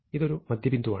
ഇതൊരു മധ്യബിന്ദുവാണ്